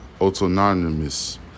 Autonomous